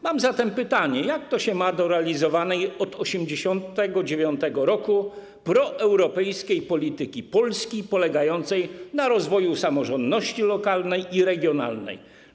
Mam zatem pytanie: Jak to się ma do realizowanej od 1989 r. proeuropejskiej polityki Polski polegającej na rozwoju samorządności lokalnej i regionalnej?